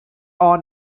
all